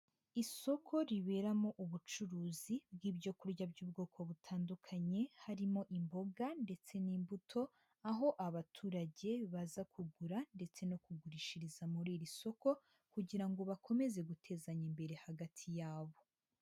Isoko riberamo ubucuruzi bw'ibyo kurya by'ubwoko butandukanye, harimo imboga ndetse n'imbuto, aho abaturage baza kugura ndetse no kugurishiriza muri iri soko kugira ngo bakomeze gutezanya imbere hagati yabo.